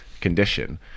condition